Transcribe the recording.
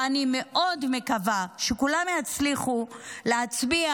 ואני מאוד מקווה שכולם יצליחו להצביע